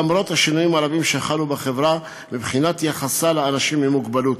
למרות השינויים הרבים שחלו בחברה מבחינת יחסה לאנשים עם מוגבלות.